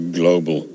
global